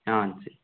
ஆ சே